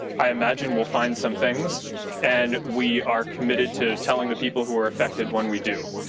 i imagine we'll find some things and we are committed to telling the people who are affected when we do.